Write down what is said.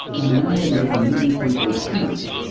on an island where the main food was seeds,